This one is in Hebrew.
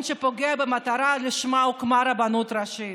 שפוגע במטרה שלשמה הוקמה הרבנות הראשית.